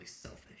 selfish